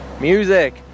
music